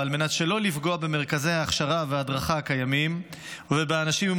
ועל מנת שלא לפגוע במרכזי ההכשרה וההדרכה הקיימים ובאנשים עם